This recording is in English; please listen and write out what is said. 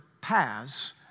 paths